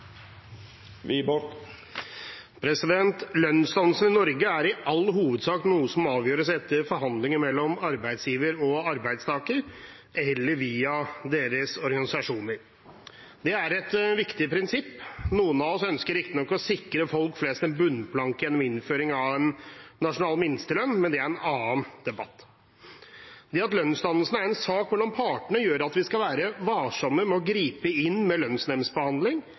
i Norge er i all hovedsak noe som avgjøres etter forhandlinger mellom arbeidsgiver og arbeidstaker, eller via deres organisasjoner. Det er et viktig prinsipp. Noen av oss ønsker riktignok å sikre folk flest en bunnplanke gjennom innføring av en nasjonal minstelønn, men det er en annen debatt. Det at lønnsdannelsen er en sak mellom partene, gjør at vi skal være varsomme med å gripe inn med